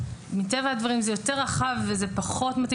מטבע הדברים זה יותר רחב וזה פחות מתאים